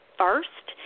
first